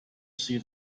see